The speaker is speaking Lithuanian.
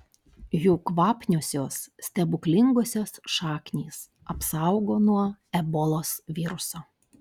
jų kvapniosios stebuklingosios šaknys apsaugo nuo ebolos viruso